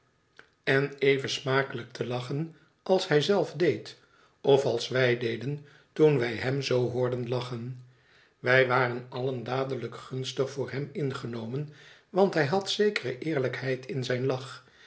en even smakelijk te lachen als hij zelf deed of als wij deden toen wij hem zoo hoorden lachen wij waren allen dadelijk gunstig voor hem ingenomen want hij had zekere eerlijkheid in zijn lach